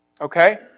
Okay